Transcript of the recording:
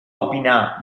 opinar